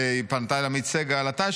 היא פנתה אל עמית סגל: אתה,